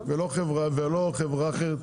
ולא חברה אחרת.